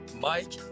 Mike